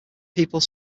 people